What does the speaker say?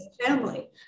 family